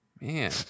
Man